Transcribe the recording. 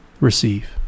Receive